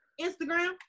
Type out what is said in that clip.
Instagram